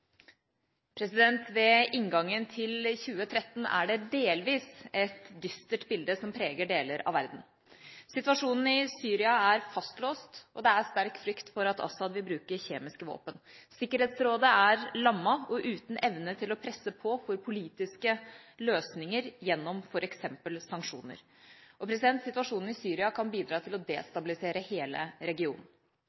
fastlåst, og det er sterk frykt for at Assad vil bruke kjemiske våpen. Sikkerhetsrådet er lammet og uten evne til å presse på for politiske løsninger gjennom f.eks. sanksjoner. Situasjonen i Syria kan bidra til å